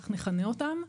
כך נכנה אותם,